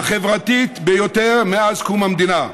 החברתית ביותר מאז קום המדינה.